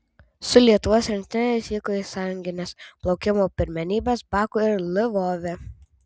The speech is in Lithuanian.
su lietuvos rinktine jis vyko į sąjungines plaukimo pirmenybes baku ir lvove